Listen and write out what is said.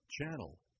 channel